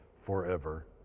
forever